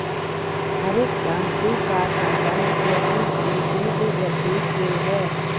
हरित क्रान्ति का सम्बन्ध कृषि की तीव्र वृद्धि से है